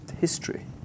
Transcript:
history